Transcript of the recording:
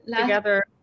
together